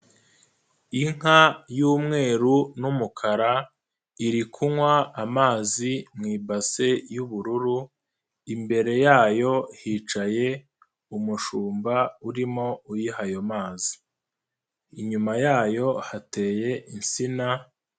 Inka y'umweru n'umukara iri kunywa amazi mu ibase y'ubururu, imbere yayo hicaye umushumba urimo uyiha ayo mazi. Inyuma yayo hateye insina.